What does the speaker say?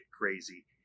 crazy